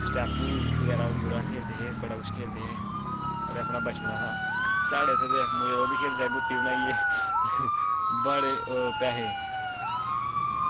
स्टैपू बगैरा पूरा खेल्लदे हे बड़ा किछ खेल्लदे हे अपना बचपन हा साढ़े इत्थे ते मुढ़े ओह्बी खेल्लदे हे गुत्ती बनाइयै बड़े पैसे